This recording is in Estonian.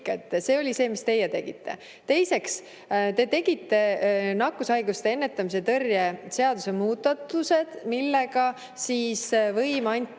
See oli see, mida teie tegite. Teiseks, te tegite nakkushaiguste ennetamise ja tõrje seaduse muudatused, millega võim anti